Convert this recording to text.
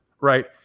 right